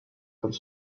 comme